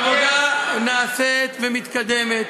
העבודה נעשית ומתקדמת.